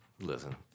Listen